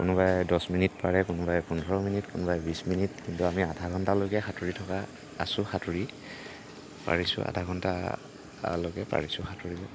কোনোবাই দহ মিনিট পাৰে কোনোবাই পোন্ধৰ মিনিট কোনোবাই বিছ মিনিট কিন্তু আমি আধা ঘণ্টালৈকে সাতুৰি থকা আছো সাঁতুৰি পাৰিছোঁ আধা ঘণ্টালৈকে পাৰিছোঁ সাঁতুৰিব